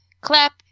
clap